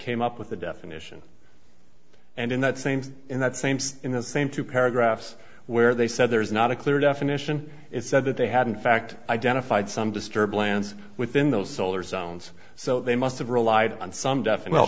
came up with the definition and in that same in that same in the same two paragraphs where they said there is not a clear definition it said that they had in fact identified some disturbed lands within those solar zones so they must have relied on some de